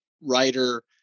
writer